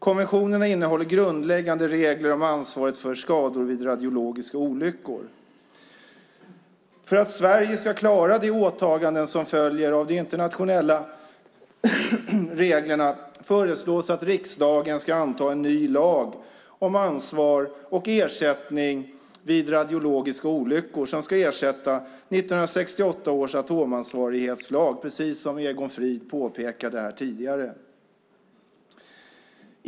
Konventionerna innehåller grundläggande regler om ansvaret för skador vid radiologiska olyckor. För att Sverige ska klara de åtaganden som följer av de internationella reglerna föreslås att riksdagen ska anta en ny lag om ansvar och ersättning vid radiologiska olyckor som ska ersätta 1968 års atomansvarighetslag, precis som Egon Frid påpekade här tidigare.